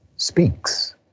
speaks